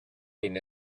been